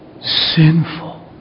Sinful